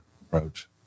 approach